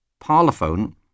Parlophone